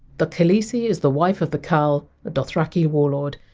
the khaleesi is the wife of the! khal, a dothraki warlord.